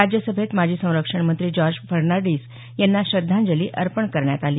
राज्यसभेत माजी संरक्षण मंत्री जॉर्ज फर्नांडीस यांना श्रद्धांजली अर्पण करण्यात आली